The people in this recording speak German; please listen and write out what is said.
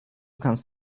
kannst